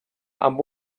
amb